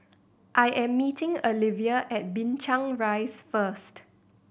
I am meeting Alivia at Binchang Rise first